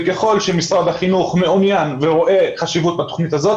וככל שמשרד החינוך הזו מעוניין ורואה את החשיבות של התוכנית הזו,